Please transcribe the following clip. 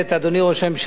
אדוני ראש הממשלה,